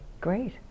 Great